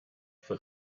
for